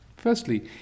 Firstly